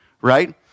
Right